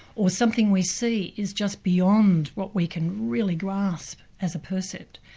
or something we see is just beyond what we can really grasp as a percept,